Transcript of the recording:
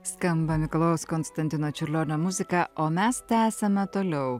skamba mikalojaus konstantino čiurlionio muzika o mes tęsiame toliau